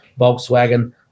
Volkswagen